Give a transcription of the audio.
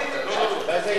באיזה עניין אבל?